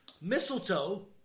Mistletoe